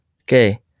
Okay